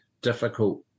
difficult